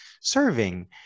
serving